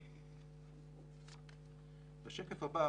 בשקף הבא